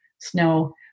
snow